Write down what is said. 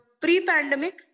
pre-pandemic